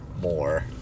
more